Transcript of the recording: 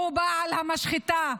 הוא בעל המשחטה,